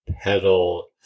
pedal